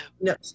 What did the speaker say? No